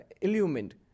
illumined